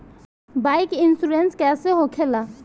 Bike insurance कैसे होखे ला?